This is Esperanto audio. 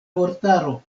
vortaro